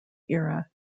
era